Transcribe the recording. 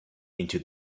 into